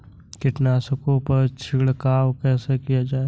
कीटनाशकों पर छिड़काव कैसे किया जाए?